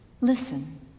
Listen